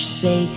say